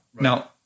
Now